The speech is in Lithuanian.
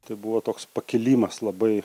tai buvo toks pakilimas labai